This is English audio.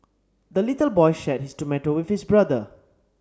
the little boy shared his tomato with his brother